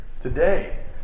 today